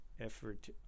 effort